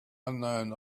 unknown